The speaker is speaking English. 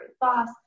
boss